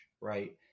right